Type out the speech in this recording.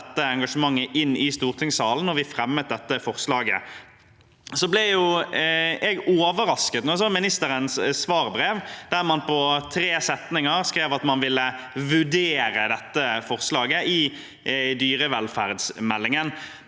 dette engasjementet inn i stortingssalen ved å fremme dette forslaget. Jeg ble overrasket da jeg så ministerens svarbrev, der man på tre setninger skrev at man ville vurdere dette forslaget i dyrevelferdsmeldingen.